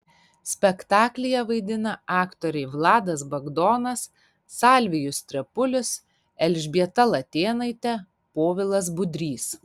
spektaklyje vaidina aktoriai vladas bagdonas salvijus trepulis elžbieta latėnaitė povilas budrys